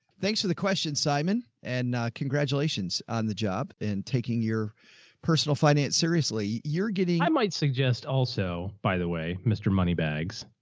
thanks for the question, simon, and congratulations on the job and taking your personal finance seriously. you're getting, og i might suggest also, by the way, mr moneybags,